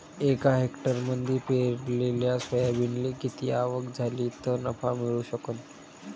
एका हेक्टरमंदी पेरलेल्या सोयाबीनले किती आवक झाली तं नफा मिळू शकन?